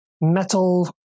metal